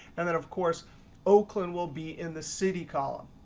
and then of course oakland will be in the city column.